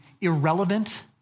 irrelevant